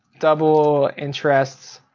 double interests.